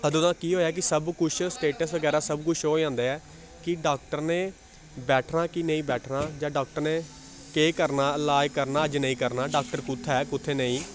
अदूं दा केह् होएआ कि सब कुछ स्टेटस बगैरा सब कुछ शो हो जांदा ऐ कि डाक्टर ने बैठना कि नेईं बैठना जां डाक्टर ने केह् करना लाज करना अज्ज नेईं करना डाक्टर कु'त्थै ऐ कु'त्थै नेईं